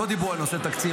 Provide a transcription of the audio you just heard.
שלא דיברו על נושא תקציב,